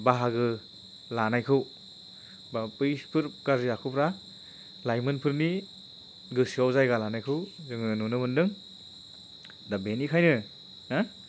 बाहागो लानायखौ एबा बैफोर गाज्रि आखुफोरा लाइमोनफोरनि गोसोआव जायगा लानायखौ जोङो नुनो मोनदों दा बेनिखायनो